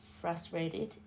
frustrated